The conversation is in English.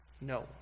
no